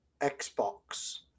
Xbox